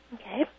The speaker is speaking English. Okay